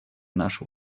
наши